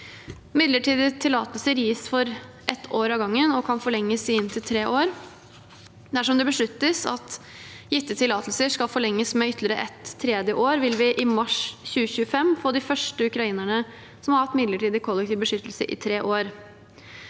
Midlertidige tillatelser gis for ett år av gangen og kan forlenges i inntil tre år. Dersom det besluttes at gitte tillatelser skal forlenges med ytterligere et tredje år, vil vi i mars 2025 få de første ukrainerne som har hatt midlertidig kollektiv beskyttelse i tre år.